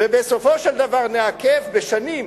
ובסופו של דבר נעכב בשנים,